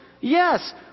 Yes